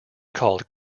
called